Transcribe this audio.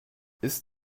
ist